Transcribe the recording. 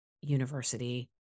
university